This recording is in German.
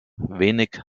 wenig